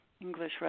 English